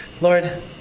Lord